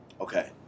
okay